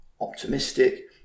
optimistic